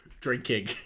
drinking